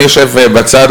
אני יושב בצד,